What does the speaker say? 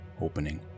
opening